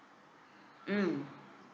mm